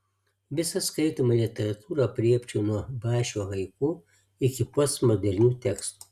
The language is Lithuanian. visą skaitomą literatūrą aprėpčiau nuo bašio haiku iki postmodernių tekstų